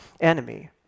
enemy